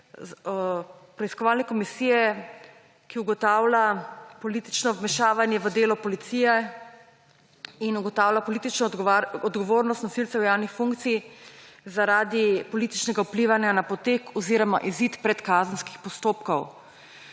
preiskovalne komisije, ki ugotavlja politično vmešavanje v delo policije in ugotavlja politično odgovornost nosilcev javnih funkcij zaradi političnega vplivanja na potek oziroma izid predkazenskih postopkov.